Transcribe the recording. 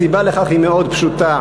הסיבה לכך היא מאוד פשוטה,